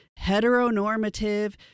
heteronormative